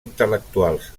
intel·lectuals